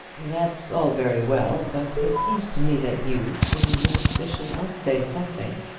that's all very well but it seems to me that you, in your position, must say something.